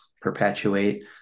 perpetuate